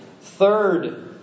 Third